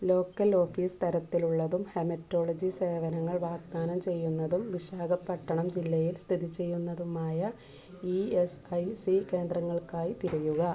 local office തരത്തിലുള്ളതും haematology സേവനങ്ങൾ വാഗ്ദാനം ചെയ്യുന്നതും വിശാഖപട്ടണം ജില്ലയിൽ സ്ഥിതി ചെയ്യുന്നതുമായ ഇ എസ് ഐ സി കേന്ദ്രങ്ങൾക്കായി തിരയുക